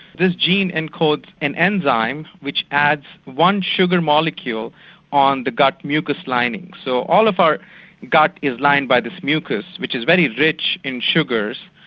this gene encodes an enzyme which adds one sugar molecule on the gut mucus lining. so all of our gut is lined by this mucus which is very rich in sugars,